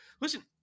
listen